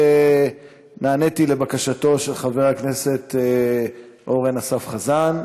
נעניתי לבקשתו של חבר הכנסת אורן אסף חזן.